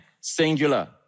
Singular